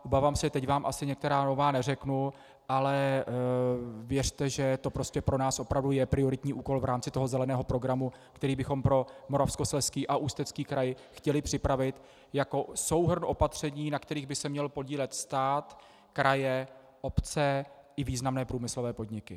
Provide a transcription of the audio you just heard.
Obávám se, teď vám asi některá nová neřeknu, ale věřte, že to pro nás opravdu je prioritní úkol v rámci toho zeleného programu, který bychom pro Moravskoslezský a Ústecký kraj chtěli připravit jako souhrn opatření, na kterých by se měl podílet stát, kraje, obce i významné průmyslové podniky.